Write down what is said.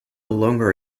longer